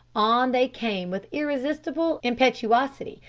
on they came with irresistible impetuosity,